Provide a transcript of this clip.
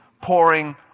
pouring